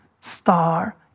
star